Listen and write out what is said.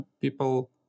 people